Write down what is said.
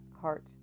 heart